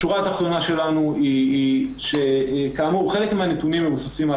השורה התחתונה שלנו היא שכאמור חלק מהנתונים מבוססים על